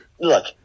look